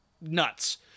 nuts